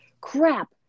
crap